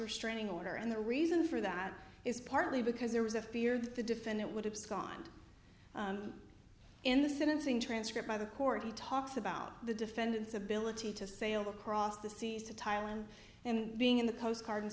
restraining order and the reason for that is partly because there was a fear that the defendant would have gone and in the syncing transcript by the court he talks about the defendant's ability to sail across the seas to thailand and being in the coast guard and